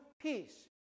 peace